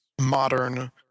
modern